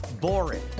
boring